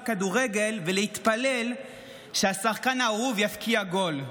כדורגל ולהתפלל שהשחקן האהוב יבקיע גול,